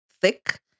thick